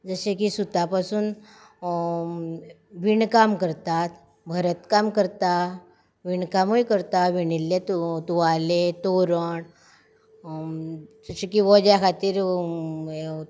जशें की सुता पासून विणकाम करतात भरत काम करता विणकामूय करता विणिल्लें तु तुवाले तोरण जशें की वज्या खातीर